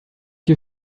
you